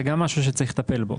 זה גם משהו שצריך לטפל בו.